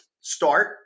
start